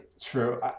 true